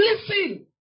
Listen